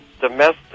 domestic